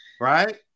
Right